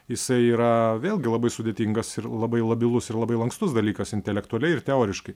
jisai yra vėlgi labai sudėtingas ir labai labilus ir labai lankstus dalykas intelektualiai ir teoriškai